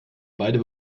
beide